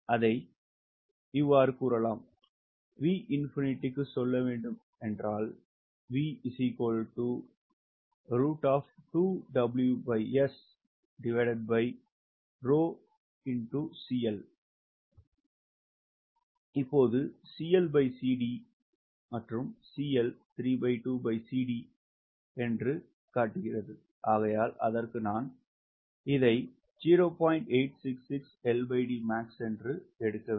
அதை Vꝏ க்கு சொல்லவேண்டும் என்றால் இப்போது அது என்று காட்டுகிறது ஆகையால் அதற்க்கு நான் இதை என்று எடுக்க வேண்டும்